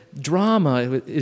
drama